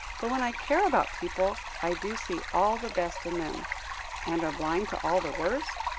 but, when i care about people, i do see all the best in them and are blind to all the worst?